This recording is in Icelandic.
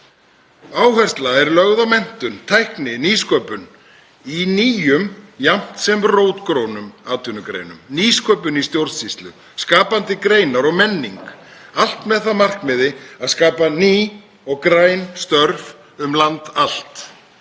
Áhersla er lögð á menntun, tækni og nýsköpun í nýjum jafnt sem rótgrónum atvinnugreinum, á nýsköpun í stjórnsýslu, skapandi greinar og menningu, allt með það að markmiði að skapa ný og græn störf um land allt.